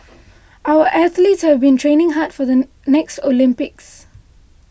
our athletes have been training hard for the next Olympics